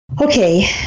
Okay